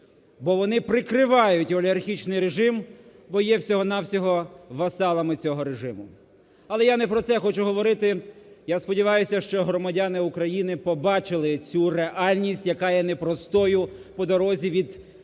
бо вони прикривають олігархічний режим, бо є всього-на-всього васалами цього режиму. Але я не про це хочу говорити. Я сподіваюся, що громадяни України побачили цю реальність, яка є непростою по дорозі від єгипетської